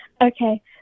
Okay